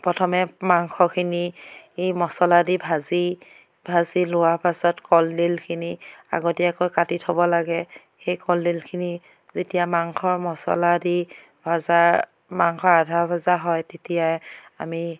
প্ৰথমে মাংসখিনি মচলা দি ভাজি ভাজি লোৱাৰ পাছত কলডিলখিনি আগতীয়াকৈ কাটি থ'ব লাগে সেই কলডিলখিনি যেতিয়া মাংসৰ মচলা দি ভজাৰ মাংস আধা ভজা হয় তেতিয়াই আমি